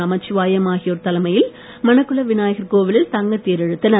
நமச்சிவாயம் ஆகியோர் தலைமையில் மணக்குளர் விநாயகர் கோவிலில் தங்கத் தேர் இழுத்தனர்